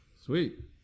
Sweet